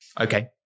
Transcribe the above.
okay